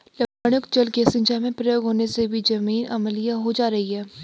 लवणयुक्त जल का सिंचाई में प्रयोग होने से भी जमीन अम्लीय हो जा रही है